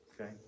okay